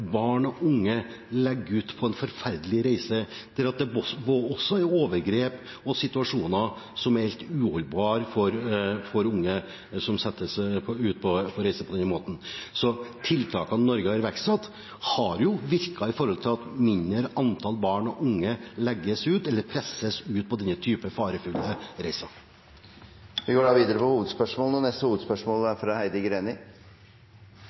barn og unge legger ut på en forferdelig reise med overgrep og situasjoner som er helt uholdbare for unge som setter ut på reise på denne måten. Så tiltakene Norge har iverksatt, har virket når det gjelder det at et lavere antall barn og unge legger ut på, eller presses ut på, denne type farefulle reise. Da går vi til neste hovedspørsmål.